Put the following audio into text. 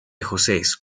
josés